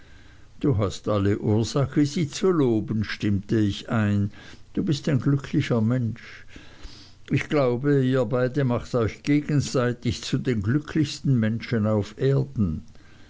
du hast alle ursache sie zu loben stimmte ich ein du bist ein glücklicher mensch ich glaube ihr beide macht euch gegenseitig zu den glücklichsten menschen auf erden